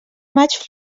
maig